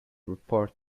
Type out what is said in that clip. report